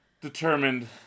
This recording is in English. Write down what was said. determined